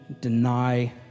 deny